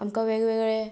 आमकां वेगवेगळे